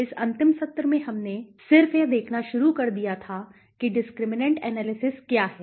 इस अंतिम सत्र में हमने सिर्फ यह देखना शुरू कर दिया था कि डिस्क्रिमिनैंट एनालिसिस क्या है